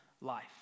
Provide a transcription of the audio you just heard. life